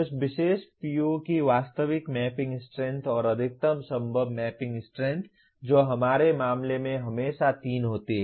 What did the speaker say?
उस विशेष PO की वास्तविक मैपिंग स्ट्रेंथ और अधिकतम संभव मैपिंग स्ट्रेंथ जो हमारे मामले में हमेशा 3 होती है